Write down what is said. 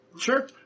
Sure